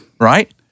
Right